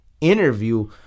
interview